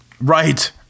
Right